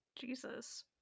Jesus